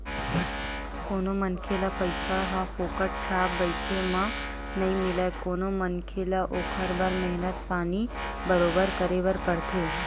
कोनो मनखे ल पइसा ह फोकट छाप बइठे म नइ मिलय कोनो मनखे ल ओखर बर मेहनत पानी बरोबर करे बर परथे